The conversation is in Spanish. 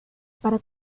para